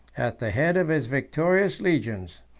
at the head of his victorious legions,